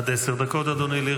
בבקשה, עד עשר דקות לרשותך,